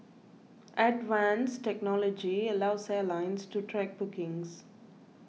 advanced technology allows airlines to track bookings